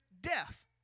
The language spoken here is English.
death